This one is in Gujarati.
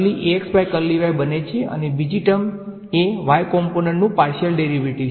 તેથી આ બને છે અને બીજી ટર્મ એ y કોમ્પોનંટ નું પાર્શીયલ ડેરીવેટીવ છે